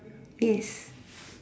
yes